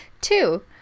two